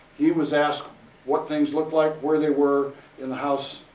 he was asked what things looked like, where they were in the house,